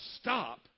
stop